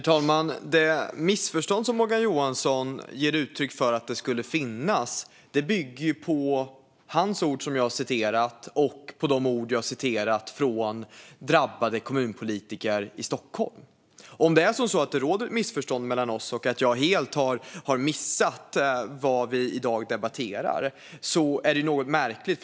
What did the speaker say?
Herr talman! Morgan Johansson uttrycker att det skulle finnas ett missförstånd här. Men det jag citerar är ju hans egna ord och ord från drabbade kommunpolitiker i Stockholm. Om det finns något missförstånd mellan oss och jag helt har missat vad vi i dag debatterar är det något märkligt.